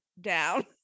down